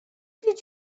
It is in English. did